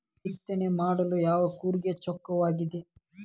ಬಿತ್ತನೆ ಮಾಡಲು ಯಾವ ಕೂರಿಗೆ ಚೊಕ್ಕವಾಗಿದೆ?